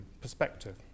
perspective